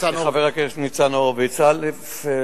ניצן הורוביץ, א.